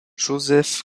joseph